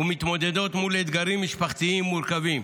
ומתמודדות מול אתגרים משפחתיים מורכבים,